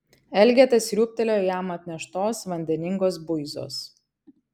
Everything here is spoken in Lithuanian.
elgeta sriūbtelėjo jam atneštos vandeningos buizos